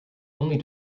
only